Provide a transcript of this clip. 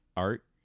Art